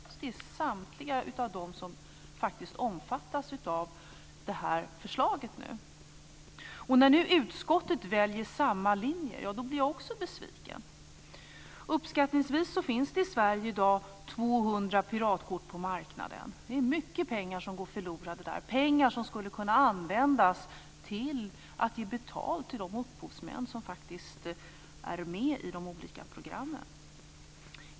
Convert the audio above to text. Det är samtliga av dem som omfattas av förslaget. När nu utskottet väljer samma linje blir jag också besviken. Uppskattningsvis finns det i Sverige i dag 200 piratkort på marknaden. Det är mycket pengar som går förlorade där - pengar som skulle kunna användas till att ge betalt till de upphovsmän som faktiskt är med i de olika programmen.